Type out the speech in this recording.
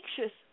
anxious